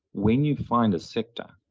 when you find a sector,